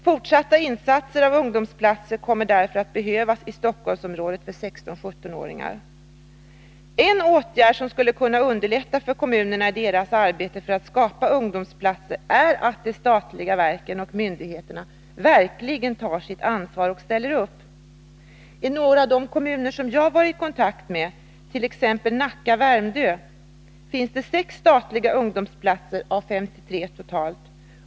Fortsatta insatser när det gäller ungdomsplatser kommer därför att behövas i Stockholmsområdet för 16-17-åringarna. En åtgärd som skulle kunna underlätta för kommunerna i deras arbete för att skapa fler ungdomsplatser är att de statliga verken och myndigheterna verkligen tar sitt ansvar och ställer upp. I några av de kommuner jag varit i kontakt med är det på följande sätt: T. ex. Nacka och Värmdö har 6 statliga ungdomsplatser av 53 totalt.